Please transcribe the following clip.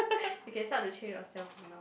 you can start to train ourself now